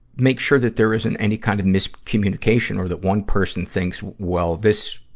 make sure that there isn't any kind of miscommunication or that one person thinks, well, this,